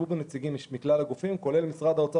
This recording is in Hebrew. ישבו בו נציגים מכלל הגופים, כולל משרדי האוצר